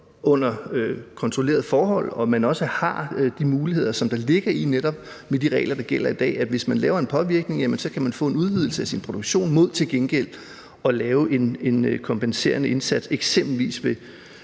under kontrollerede forhold også har de muligheder, der netop ligger med de regler, der gælder i dag, altså at man, hvis man laver en påvirkning, kan få en udvidelse af sin produktion mod til gengæld at lave en kompenserende indsats, eksempelvis ved